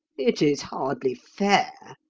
it is hardly fair,